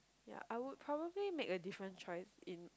ya I would probably make a different choice in